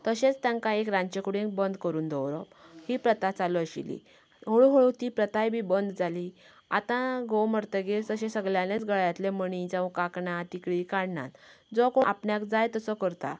तशेंच तांकां एक रांदचे कुडीत बंद करून दवरप ही प्रथा चालू आशिल्ली हळू हळू ती प्रथाय बी बंद जाली आता घोव मरतकीर जशें सगळ्यालेच गळ्यांतलें मणी जावं काकणां तिकळीं काडनात जो कोण आपल्याक जाय तसो करता